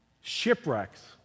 shipwrecks